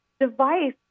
device